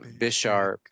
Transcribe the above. Bisharp